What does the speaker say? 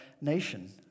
nation